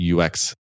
UX